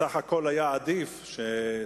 בסך הכול היה עדיף שצבא,